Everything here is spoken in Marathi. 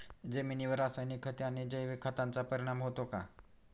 जमिनीवर रासायनिक खते आणि जैविक खतांचा परिणाम होतो का?